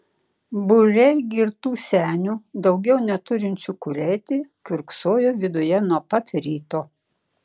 būriai girtų senių daugiau neturinčių kur eiti kiurksojo viduje nuo pat ryto